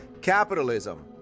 capitalism